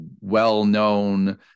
well-known